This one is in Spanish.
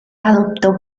adoptó